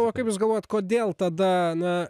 o kaip jūs galvojat kodėl tada na